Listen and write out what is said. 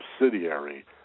subsidiary